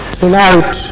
tonight